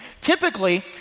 Typically